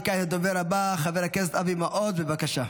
וכעת, לדובר הבא, חבר הכנסת אבי מעוז, בבקשה.